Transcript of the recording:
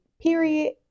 period